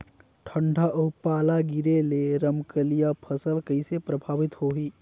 ठंडा अउ पाला गिरे ले रमकलिया फसल कइसे प्रभावित होही?